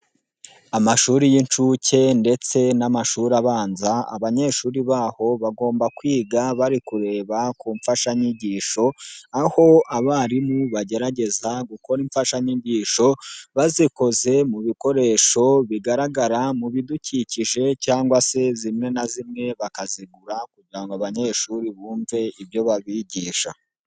Amashuri y'inshuke ndetse n'amashuri abanza abanyeshuri baho bagomba kwiga bari kureba ku mfashanyigisho, aho abarimu bagerageza gukora imfashanyigisho bazikoze mu bikoresho bigaragara mu bidukikije cyangwa se zimwe na zimwe bakazigura kugira ngo abanyeshuri bumve ibyo babigisha.